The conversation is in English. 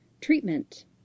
treatment